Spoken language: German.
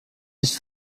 nicht